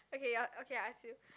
okay I okay I ask you